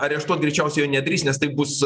areštuot greičiausiai jo nedrįs nes tai bus